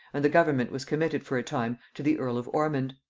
and the government was committed for a time to the earl of ormond.